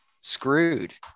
screwed